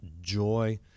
joy